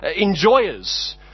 enjoyers